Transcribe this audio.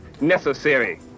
necessary